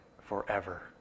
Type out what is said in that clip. forever